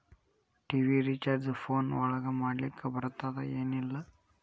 TV recharge phone ಒಳಗ ಮಾಡ್ಲಿಕ್ ಬರ್ತಾದ ಏನ್ ಇಲ್ಲ?